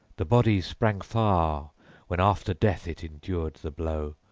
the body sprang far when after death it endured the blow,